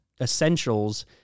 essentials